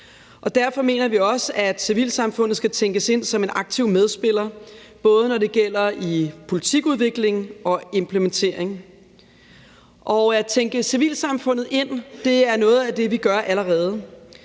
Derfor mener vi også, at civilsamfundet skal tænkes ind som en aktiv medspiller, både når det gælder politikudvikling og implementering. At tænke civilsamfundet ind er noget af det, vi gør allerede,